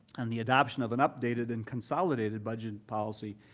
and the adoption of an updated and consolidated budgeting policy,